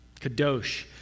kadosh